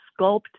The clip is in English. sculpt